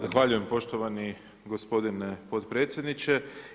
Zahvaljujem poštovani gospodine potpredsjedniče.